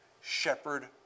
shepherd